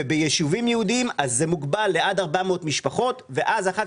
ביישובים יהודיים זה מוגבל עד ל-400 משפחות ואחר